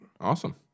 Awesome